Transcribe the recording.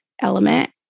element